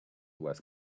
was